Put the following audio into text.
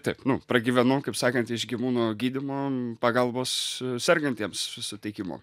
taip nu pragyvenau kaip sakant iš gyvūnų gydymo pagalbos sergantiems suteikimo